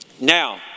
Now